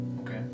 Okay